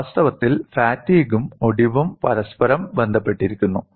വാസ്തവത്തിൽ ഫാറ്റീഗും ഒടിവും പരസ്പരം ബന്ധപ്പെട്ടിരിക്കുന്നു